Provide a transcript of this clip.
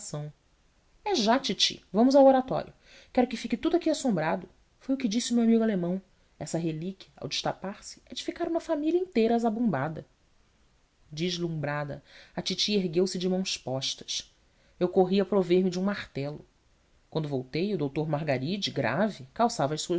reparação é já titi vamos ao oratório quero que fique tudo aqui assombrado foi o que disse o meu amigo alemão essa relíquia ao destapar se é de ficar uma família inteira azabumbada deslumbrada a titi ergueu-se de mãos postas eu corri a prover me de um martelo quando voltei o doutor margaride grave calçava